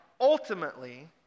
Ultimately